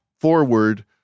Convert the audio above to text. forward